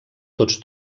tots